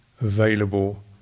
available